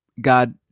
God